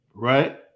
Right